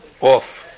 off